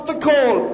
לפרוטוקול,